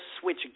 switch